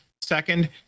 Second